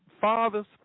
fathers